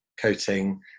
coating